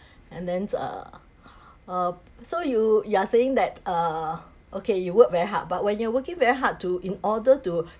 and then uh uh so you you are saying that uh okay you work very hard but when you're working very hard to in order